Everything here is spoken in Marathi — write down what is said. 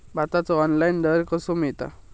भाताचो ऑनलाइन दर कसो मिळात?